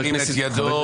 ירים את ידו.